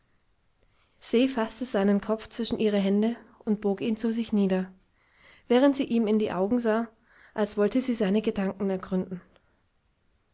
se faßte seinen kopf zwischen ihre hände und bog ihn zu sich nieder während sie ihm in die augen sah als wollte sie seine gedanken ergründen